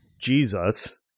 Jesus